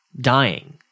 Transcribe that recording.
dying